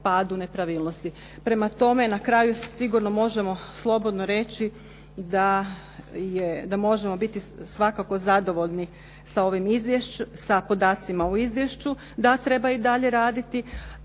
padu nepravilnosti. Prema tome, na kraju sigurno možemo slobodno reći da je da možemo biti svakako zadovoljni sa podacima o izvješću, da treba i dalje raditi,